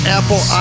Apple